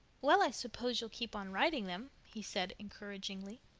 well, i suppose you'll keep on writing them, he said encouragingly.